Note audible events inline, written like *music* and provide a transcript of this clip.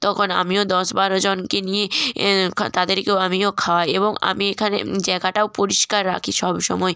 তখন আমিও দশ বারো জনকে নিয়ে *unintelligible* তাদেরকেও আমিও খাওয়াই এবং আমি এখানে জায়গাটাও পরিষ্কার রাখি সবসময়